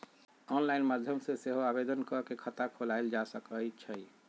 online माध्यम से सेहो आवेदन कऽ के खता खोलायल जा सकइ छइ